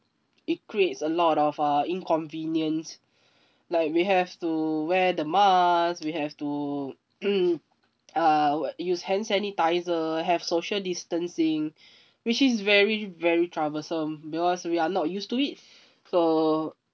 it creates a lot of uh inconvenience like we have to wear the mask we have to uh use hand sanitiser have social distancing which is very very troublesome because we are not used to it so